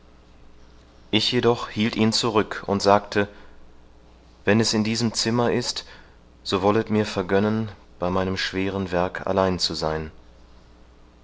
ich jedoch hielt ihn zurück und sagte wenn es in diesem zimmer ist so wollet mir vergönnen bei meinem schweren werke allein zu sein